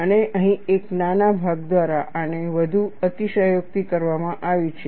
અને અહીં એક નાના ભાગ દ્વારા આને વધુ અતિશયોક્તિ કરવામાં આવી છે